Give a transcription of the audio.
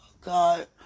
God